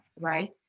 right